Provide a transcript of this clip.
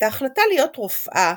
את ההחלטה להיות רופאה